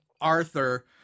Arthur